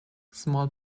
small